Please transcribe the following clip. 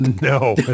No